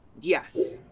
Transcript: Yes